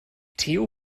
theo